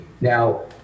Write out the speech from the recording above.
now